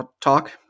talk